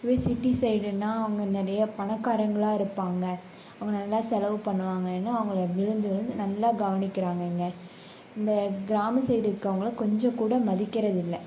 இதே சிட்டி சைடுனால் அவங்க நிறைய பணக்காரங்களாக இருப்பாங்க அவங்க நல்லா செலவு பண்ணுவாங்கனு அவங்கள விழுந்து விழுந்து நல்லா கவனிக்கிறாங்கங்க இந்த கிராம சைடு இருக்கவங்களை கொஞ்சம் கூட மதிக்கிறதில்லை